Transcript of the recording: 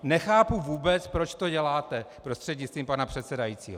Nechápu vůbec, proč to děláte, prostřednictvím pana předsedajícího.